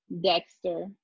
Dexter